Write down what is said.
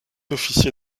officier